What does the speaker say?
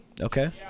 okay